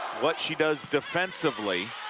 what she does defensively,